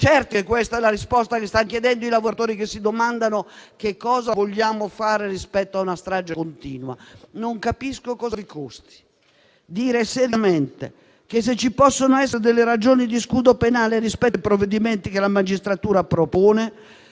certi che è questa la risposta che stanno chiedendo i lavoratori che si domandano cosa vogliamo fare rispetto a una strage continua? Non capisco cosa vi costi dire seriamente che, se ci possono essere ragioni di scudo penale rispetto ai provvedimenti che la magistratura propone,